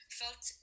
felt